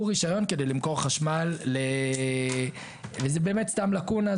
רישיון כדי למכור חשמל וזה באמת סתם לאקונה,